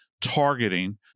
targeting